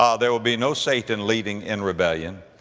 um there will be no satan leading in rebellion.